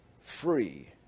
free